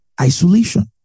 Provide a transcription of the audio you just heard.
Isolation